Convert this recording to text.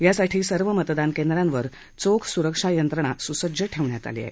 यासाठी सर्व मतदानकेंद्रावर चोख सुरक्षा यंत्रणाही सुसज्ज ठेवण्यात आली आहे